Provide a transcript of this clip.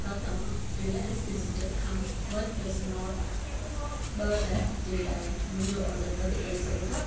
छा तव्हां रिलायंस डिजिटल सां वनप्लस नॉर्ड ॿ लाइ जे लाइ मुंहिंजो ऑडर रद्द करे सघो था